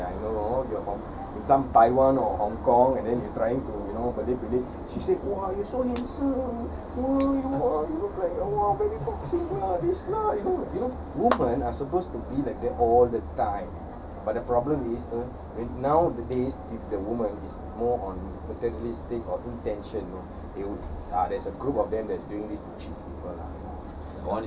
glad that I know you're from in some taiwan or hong kong and then you trying to you know bedek-bedek she say !wah! you so handsome !wah! !wah! you look like !wah! very this lah you know you know women are supposed to be like that all the time but the problem is nowadays pe~ the women is more on materialistic or intention you know they'll uh there's a group of them that is doing this to cheat people lah you know